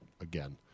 again